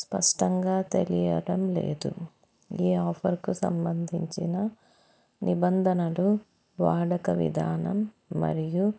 స్పష్టంగా తెలియడం లేదు ఈ ఆఫర్కు సంబంధించిన నిబంధనలు వాడుక విధానం మరియు